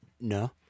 No